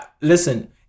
listen